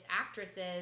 actresses